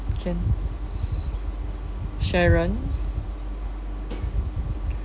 can sharon